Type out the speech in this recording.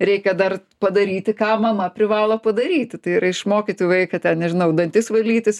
reikia dar padaryti ką mama privalo padaryti tai yra išmokyti vaiką ten nežinau dantis valytis